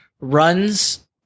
runs